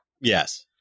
Yes